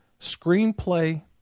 screenplay